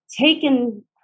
taken